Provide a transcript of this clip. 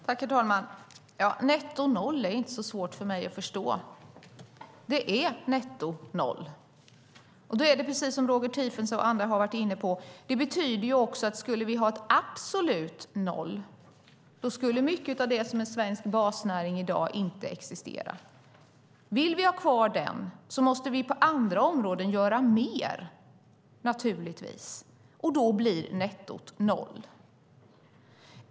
Herr talman! Netto noll är inte så svårt för mig att förstå. Det är netto noll. Det är precis som Roger Tiefensee och andra har varit inne på. Skulle vi ha absolut noll skulle mycket av det som är svensk basnäring i dag inte existera. Vill vi ha kvar den måste vi naturligtvis göra mer på andra områden, och då blir nettot noll.